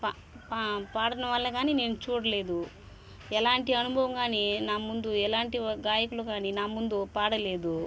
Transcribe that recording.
పాడిన వాళ్ళని కాని నేను చూడలేదు ఎలాంటి అనుభవం కాని నా ముందు ఎలాంటి గాయకులు కానీ నా ముందు పాడలేదు